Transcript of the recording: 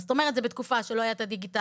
זאת אומרת זה בתקופה שלא היה את הדיגיטל,